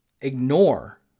ignore